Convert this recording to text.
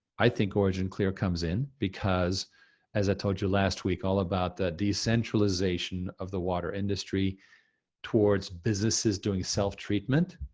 i think originclear comes in, because as i told you last week, all about the decentralization of the water industry towards businesses doing self treatment,